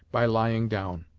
by lying down.